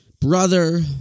brother